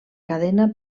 cadena